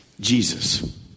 Jesus